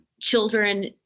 children